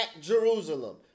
Jerusalem